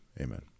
Amen